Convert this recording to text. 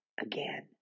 again